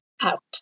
out